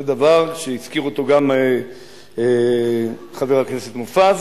זה דבר שהזכיר גם חבר הכנסת מופז,